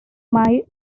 main